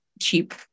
cheap